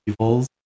Evils